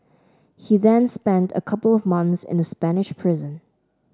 he then spent a couple of months in a Spanish prison